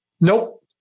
Nope